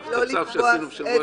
היא אם לא לקבוע סופיות.